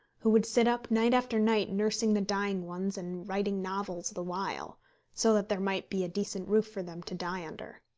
who would sit up night after night nursing the dying ones and writing novels the while so that there might be a decent roof for them to die under.